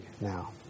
now